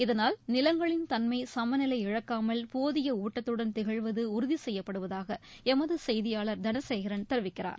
இதனால் நிலங்களின் தன்மை சமநிலை இழக்காமல் போதிய ஊட்டத்துடன் திகழ்வது உறுதி செய்யப்படுவதாக எமது செய்தியாளர் தனசேகரன் தெரிவிக்கிறார்